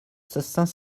saint